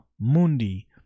Mundi